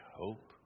hope